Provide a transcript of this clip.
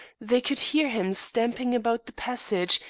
they could hear him stamping about the passage,